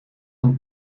een